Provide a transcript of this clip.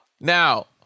Now